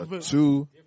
Two